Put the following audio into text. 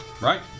right